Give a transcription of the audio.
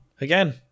Again